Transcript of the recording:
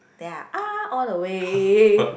then i ah all the way